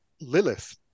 Lilith